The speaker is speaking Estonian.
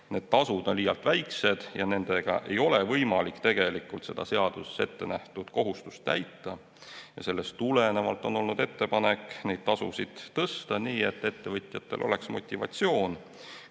need tasud on liialt väikesed ja nendega ei ole võimalik seda seaduses ettenähtud kohustust täita. Sellest tulenevalt on olnud ettepanek neid tasusid tõsta nii, et ettevõtjatel oleks motivatsioon